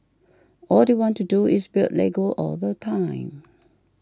all they want to do is build Lego all the time